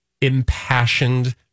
impassioned